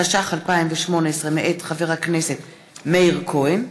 התשע"ח 2018, מאת חבר הכנסת מאיר כהן,